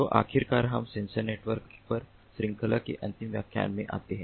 तो आखिरकार हम सेंसर नेटवर्क पर श्रृंखला के अंतिम व्याख्यान में आते हैं